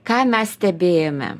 ką mes stebėjome